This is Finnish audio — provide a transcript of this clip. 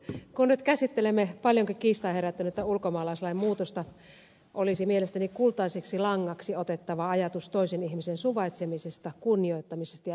kun nyt käsittelemme paljonkin kiistaa herättänyttä ulkomaalaislain muutosta olisi mielestäni kultaiseksi langaksi otettava ajatus toisen ihmisen suvaitsemisesta kunnioittamisesta ja lähimmäisen vastuusta